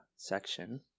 Section